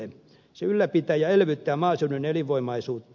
se ylläpitää ja elvyttää maaseudun elinvoimaisuutta